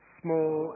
small